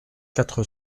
quatre